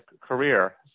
career